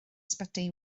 ysbyty